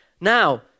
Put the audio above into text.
Now